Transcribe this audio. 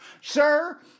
sir